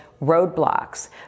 roadblocks